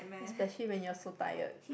especially when you're so tired